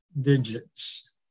digits